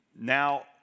now